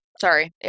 Sorry